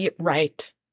Right